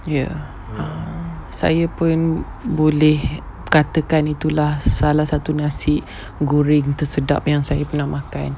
ya uh saya pun boleh katakan itulah salah satu nasi goreng tersedap yang saya pernah makan